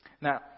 Now